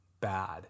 bad